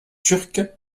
turque